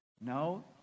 No